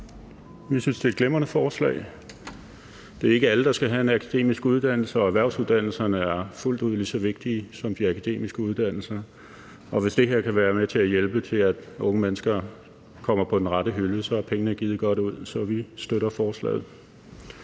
Vi synes, det er et glimrende forslag. Det er ikke alle, der skal have en akademisk uddannelse, og erhvervsuddannelserne er fuldt ud lige så vigtige som de akademiske uddannelser, og hvis det her kan være med til at hjælpe til, at unge mennesker kommer på den rette hylde, så er pengene givet godt ud. Så vi støtter forslaget.